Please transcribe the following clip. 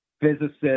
physicists